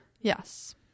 Yes